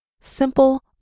Simple